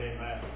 Amen